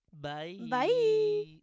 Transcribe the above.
Bye